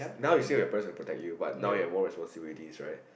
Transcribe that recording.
now you say your parents you but now you're more responsibilities right